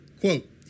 quote